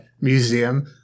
museum